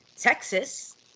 Texas